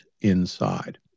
inside